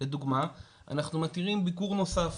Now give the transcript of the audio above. לדוגמא, אנחנו מתירים ביקור נוסף